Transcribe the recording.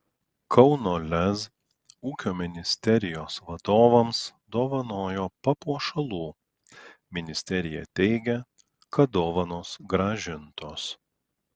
kauno lez ūkio ministerijos vadovams dovanojo papuošalų ministerija teigia kad dovanos grąžintos